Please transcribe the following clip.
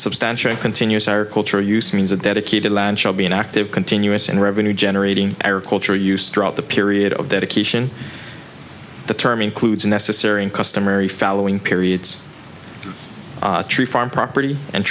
substantially continues our culture use means a dedicated land shall be an active continuous and revenue generating or culture use drop the period of dedication the term includes necessary and customary fallowing periods tree farm property and